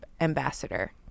ambassador